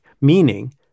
meaning